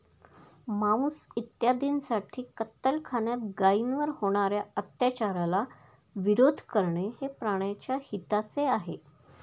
मांस इत्यादींसाठी कत्तलखान्यात गायींवर होणार्या अत्याचाराला विरोध करणे हे प्राण्याच्या हिताचे आहे